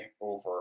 over